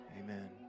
Amen